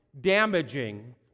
damaging